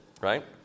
right